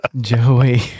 joey